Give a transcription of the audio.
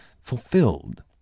fulfilled